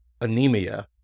anemia